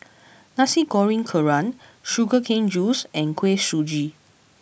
Nasi Goreng Kerang Sugar CaneJuice and Kuih Suji